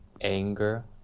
anger